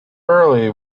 early